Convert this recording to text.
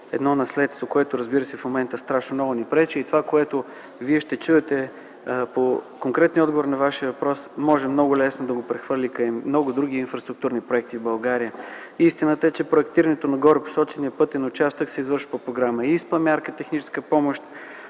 – наследство, което в момента страшно много ни пречи. Това, което ще чуете по конкретния отговор на Вашия въпрос, може много лесно да прехвърлите върху много други инфраструктурни проекти в България. Истината е, че проектирането на горепосочения пътен участък се извършва по програмата ИСПА, мярка „Техническа помощ”.